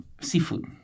seafood